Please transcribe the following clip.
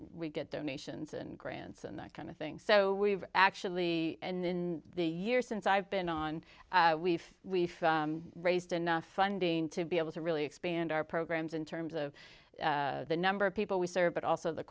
we get donations and grants and that kind of thing so we've actually in the years since i've been on we've we've raised enough funding to be able to really expand our programs in terms of the number of people we serve but also the